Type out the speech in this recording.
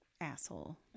asshole